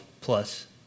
plus